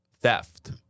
theft